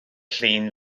llun